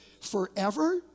forever